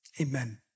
amen